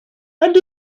and